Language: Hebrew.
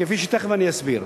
כפי שתיכף אסביר.